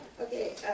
Okay